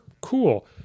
Cool